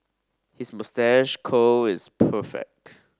his moustache curl is perfect